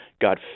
got